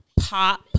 pop